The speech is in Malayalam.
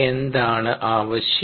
എന്താണ് ആവശ്യം